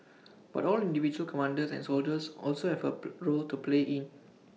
but all individual commanders and soldiers also have A role to play in